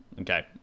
Okay